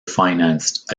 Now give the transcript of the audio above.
financed